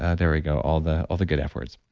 ah there we go. all the all the good efforts.